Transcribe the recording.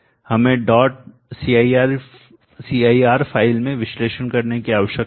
हमें dot cir file में विश्लेषण करने की आवश्यकता है